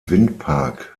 windpark